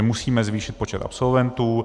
Musíme zvýšit počet absolventů.